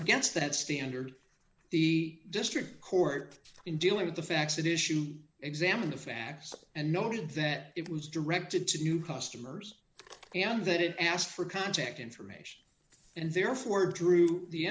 against that standard the district court in dealing with the facts that issue examine the facts and noted that it was directed to new customers and that it asked for contact information and therefore drew the